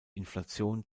inflation